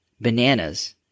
bananas